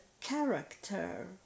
character